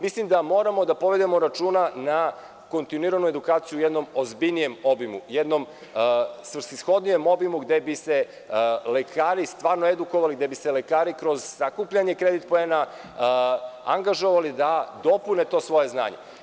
Mislim da moramo da povedemo računa na kontinuiranu edukaciju u jednom ozbiljnijem obimu, u jednom svrsishodnijem obimu gde bi se lekari stvarno edikovali, gde bi se lekari kroz sakupljanje kredit poena angažovali da dopune to svoje znanje.